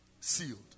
sealed